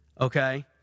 okay